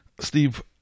Steve